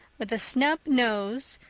with a snub nose,